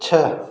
छः